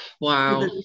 Wow